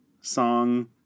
song